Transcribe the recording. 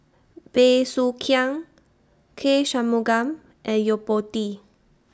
Bey Soo Khiang K Shanmugam and Yo Po Tee